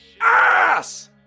ass